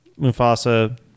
mufasa